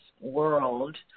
world